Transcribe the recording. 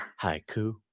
Haiku